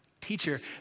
teacher